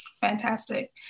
Fantastic